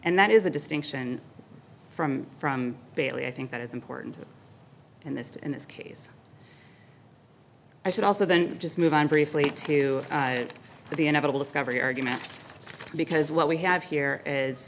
and that is a distinction from from bailey i think that is important in this in this case i should also then just move on briefly to the inevitable discovery argument because what we have here is